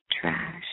trash